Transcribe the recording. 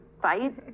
fight